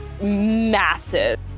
massive